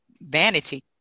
vanity